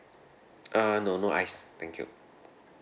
uh no no ice thank you